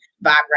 vibrate